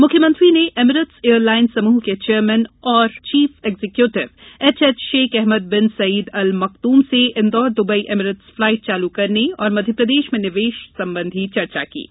मुख्यमंत्री आज Emirates airline समूह के चेयरमेन और chief executive HH Sheikh Ahmad बिन सईद अल मखदूम से इन्दौर दुबई एमीरेट्स फ्लाइट चालू करने और मध्यप्रदेश में निवेश संबंधी चर्चा करेंगे